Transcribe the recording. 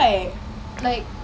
oh ya